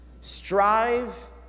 Strive